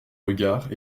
regards